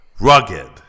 rugged